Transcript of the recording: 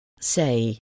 say